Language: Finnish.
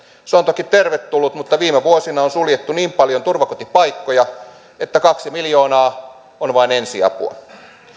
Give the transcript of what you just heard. se on toki tervetullut mutta viime vuosina on suljettu niin paljon turvakotipaikkoja että kaksi miljoonaa on vain ensiapua